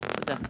תודה.